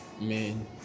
man